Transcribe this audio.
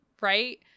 Right